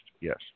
yes